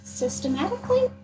systematically